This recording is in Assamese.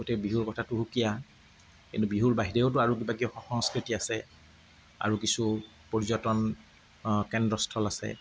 গতিকে বিহুৰ কথাটো সুকীয়া কিন্তু বিহুৰ বাহিৰেওতো আৰু কিবা কিবি সংস্কৃতি আছে আৰু কিছু পৰ্যটন কেন্দ্ৰস্থল আছে